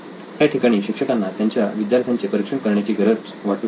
याठिकाणी शिक्षकांना त्यांच्या विद्यार्थ्यांचे परीक्षण करण्याची गरज वाटू शकते